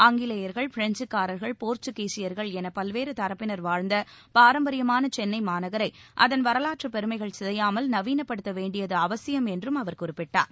ஆங்கிலேயா்கள் பிரெஞ்சுகாரா்கள் போா்க்சுகீசியா்கள் என பல்வேறு தரப்பினா் வாழ்ந்த பாரம்பரியமான சென்னை மாநகரை அதன் வரவாற்று பெருமைகள் சிதையாமல் நவீனப்படுத்த வேண்டியது அவசியம் என்றும் அவர் குறிப்பிட்டார்